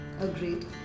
Agreed